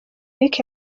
week